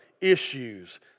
issues